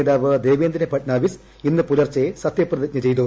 നേതാവ് ദേവേന്ദ്ര ഫട്നാവിസ് ഇന്ന് പുലർച്ചെ സത്യപ്രതിജ്ഞ ചെയ്തു